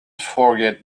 forget